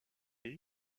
est